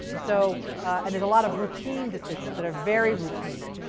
so and there's a lot of routine decisions that are very routine.